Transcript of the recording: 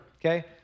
Okay